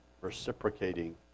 reciprocating